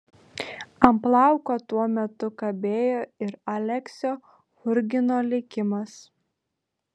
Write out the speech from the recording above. ant plauko tuo metu kabėjo ir aleksio churgino likimas